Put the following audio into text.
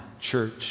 church